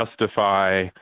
justify